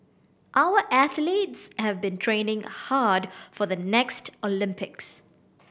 our athletes have been training hard for the next Olympics